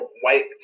white